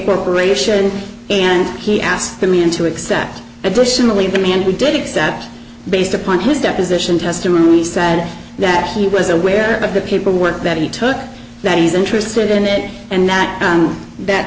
corporation and he asked me into exact additionally the man we did except based upon his deposition testimony said that he was aware of the paperwork that he took that he's interested in it and that that